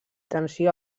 tensió